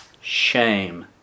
shame